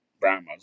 Brahmas